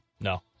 No